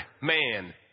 man